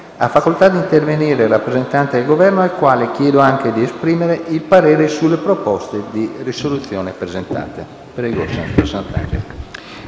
Ha facoltà di intervenire il rappresentante del Governo, al quale chiedo anche di esprimere il parere sulle proposte di risoluzione presentate.